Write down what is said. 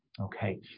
Okay